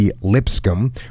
Lipscomb